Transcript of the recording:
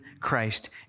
Christ